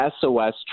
SOS